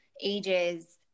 ages